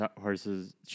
horses